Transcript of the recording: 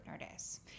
notice